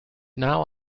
now